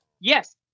Yes